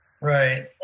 Right